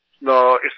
No